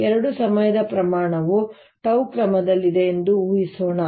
2 ಸಮಯದ ಪ್ರಮಾಣವು ಟೌ ಕ್ರಮದಲ್ಲಿದೆ ಎಂದು ನಾವು ಊಹಿಸೋಣ